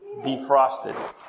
defrosted